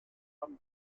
femme